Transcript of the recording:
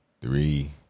three